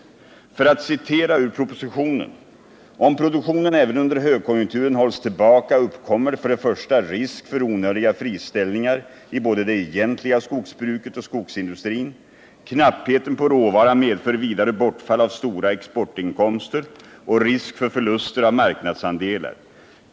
Han säger i propositionen: ”Om produktionen även under högkonjunkturen hålls tillbaka uppkommer för det första risk för onödiga friställningar i både det egentliga skogsbruket och skogsindustrin. Knappheten på råvara medför vidare bortfall av stora exportinkomster och risk för förluster av marknadsandelar.